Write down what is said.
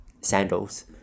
sandals